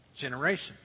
generation